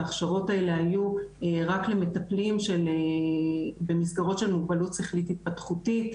ההכשרות האלה היו רק למטפלים במסגרות של מוגבלות שכלית התפתחותית,